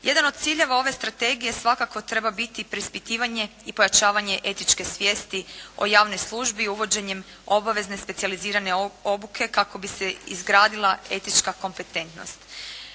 Jedan od ciljeva ove strategije svakako treba biti preispitivanje i pojačavanje etičke svijesti o javnoj službi uvođenjem obavezne specijalizirane obuke kako bi se izgradila etička kompetentnost.